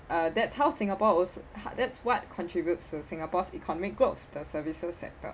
uh that's how singapore was ha~ that's what contributes to singapore's economic growth the services sector